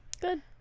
good